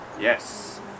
Yes